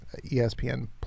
ESPN